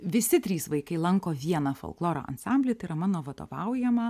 visi trys vaikai lanko vieną folkloro ansamblį tai yra mano vadovaujamą